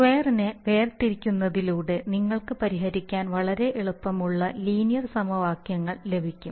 സ്ക്വയറിനെ വേർതിരിക്കുന്നതിലൂടെ നിങ്ങൾക്ക് പരിഹരിക്കാൻ വളരെ എളുപ്പമുള്ള ലീനിയർ സമവാക്യങ്ങൾ ലഭിക്കും